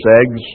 eggs